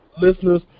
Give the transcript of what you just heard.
listeners